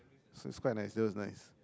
it was quite nice it was nice